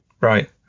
Right